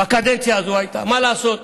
בקדנציה הזאת היה, מה לעשות.